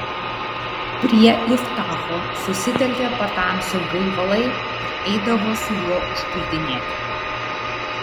prie iftacho susitelkė patamsių gaivalai ir eidavo su juo užpuldinėti